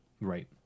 Right